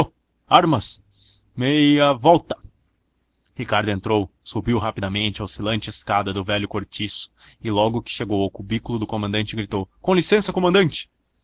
armas mei ãã volta ricardo entrou subiu rapidamente a oscilante escada do velho cortiço e logo que chegou ao cubículo do comandante gritou com licença comandante